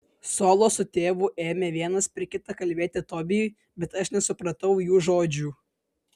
solo su tėvu ėmė vienas per kitą kalbėti tobijui bet aš nesupratau jų žodžių